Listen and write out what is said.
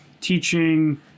teaching